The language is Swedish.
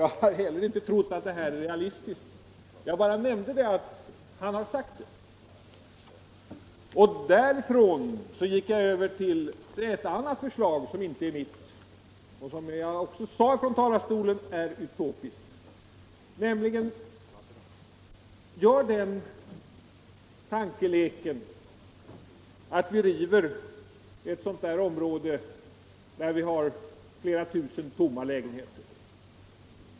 Jag har inte heller ansett förslaget vara realistiskt. Jag bara nämnde att han har sagt så. ; Därifrån gick jag över till ett annat förslag, som inte är mitt och som jag också framhöll från talarstolen är utopiskt. Gör den tankeleken att man river ett område med flera tusen tomma lägenheter.